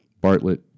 Bartlett